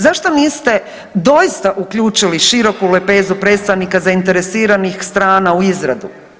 Zašto niste doista uključili široku lepezu predstavnika zainteresiranih strana u izradu?